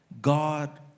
God